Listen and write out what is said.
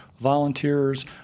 volunteers